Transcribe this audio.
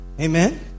Amen